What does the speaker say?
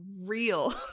real